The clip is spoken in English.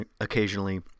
occasionally